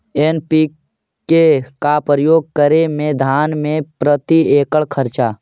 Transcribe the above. NPK का प्रयोग करे मे धान मे प्रती एकड़ खर्चा?